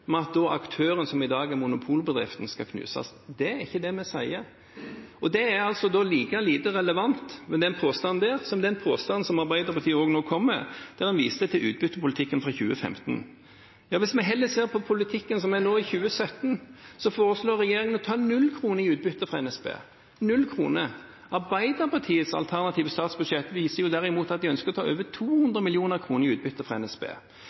med at aktøren som i dag er monopolbedrift, skal knuses. Det er ikke det vi sier. Den påstanden er like lite relevant som påstanden som Arbeiderpartiet nå kom med, der man viste til utbyttepolitikken fra 2015. Hvis vi heller ser på politikken for 2017, foreslår regjeringen å ta 0 kr i utbytte fra NSB – 0 kr. Arbeiderpartiets alternative statsbudsjett viser derimot at de ønsker å ta over 200 mill. kr i utbytte fra NSB.